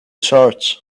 charge